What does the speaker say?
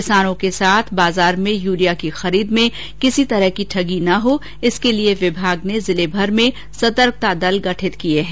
किसानों के साथ बाजार में यूरिया की खरीद में किसी भी तरह की ठगी न हो इसके लिये विभाग ने जिलेभर में सतर्कता दल गठित किये है